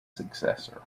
successor